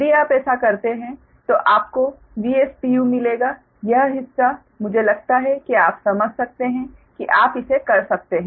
यदि आप ऐसा करते हैं तो आपको Vs pu मिलेगा यह हिस्सा मुझे लगता है कि आप समझ सकते हैं कि आप इसे कर सकते हैं